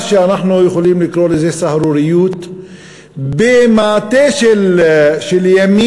שאנחנו יכולים לקרוא לו סהרוריות במעטה של ימין